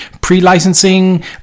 pre-licensing